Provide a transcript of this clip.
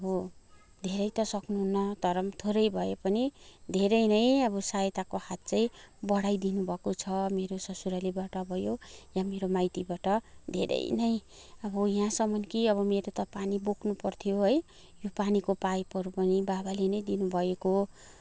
अब धेरै त सक्नु हुन्न तर पनि थोरै भए पनि धेरै नै अब सहायताको हात चाहिँ बढाइदिनु भएको छ मेरो ससुरालीबाट भयो या मेरो माइतीबाट धेरै नै अब यहाँसम्म कि अब मेरो त पानी बोक्नु पर्थ्यो है यो पानीको पाइपहरू पनि बाबाले नै दिनुभएको हो